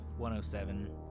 107